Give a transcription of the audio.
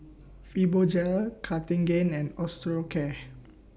Fibogel Cartigain and Osteocare